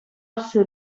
basso